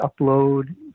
upload